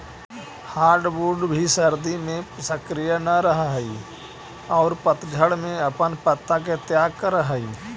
hardwood भी सर्दि में सक्रिय न रहऽ हई औउर पतझड़ में अपन पत्ता के त्याग करऽ हई